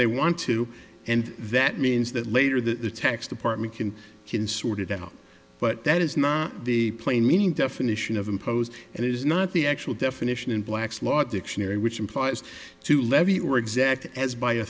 they want to and that means that later the text department can can sort it out but that is not the plain meaning definition of imposed and it is not the actual definition in black's law dictionary which implies to levy or exact as by a